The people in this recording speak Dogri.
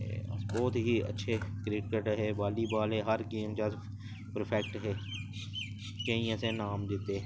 बहुत ही अच्छे क्रिकेट हे बाली बाल हे हर गेम च अस परफैक्ट हे केईं असें नाम जित्ते